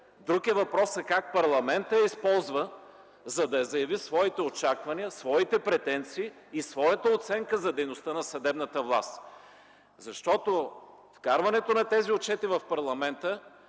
Друг е въпросът как парламентът я използва, за да заяви своите очаквания, своите претенции и своята оценка за дейността на съдебната власт. Защото вкарването на тези отчети в парламента